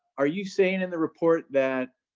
are you saying in the report that